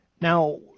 Now